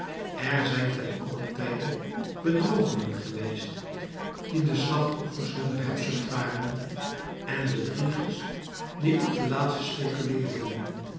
er zijn ten allen tijde bedrogenen geweest die de slachtoffers hunner hebzucht waren en bedriegers die op de laatste speculeerden